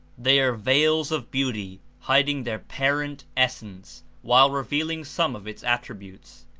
they are veils of beauty, hiding their parent, essence, while revealing some of its attributes.